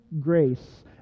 grace